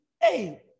hey